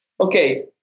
Okay